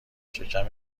شکم